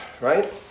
Right